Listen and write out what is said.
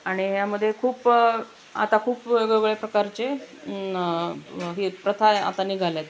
आणि यामध्ये खूप आता खूप वेगवेगळे प्रकारचे न हे प्रथा आता निघाल्या आहेत